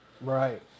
Right